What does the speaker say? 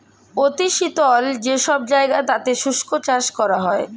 অতি শীতল যে সব জায়গা তাতে শুষ্ক চাষ করা হয়